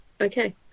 okay